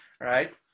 Right